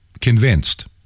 convinced